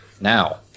Now